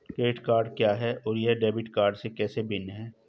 Credit card क्या है और यह डेबिट कार्ड से कैसे भिन्न है?